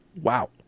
wow